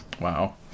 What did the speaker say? Wow